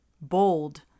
bold